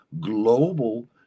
global